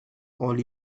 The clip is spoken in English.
all